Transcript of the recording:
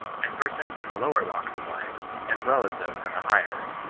and persons in the lower walks of life as well as those in the nigher.